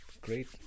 great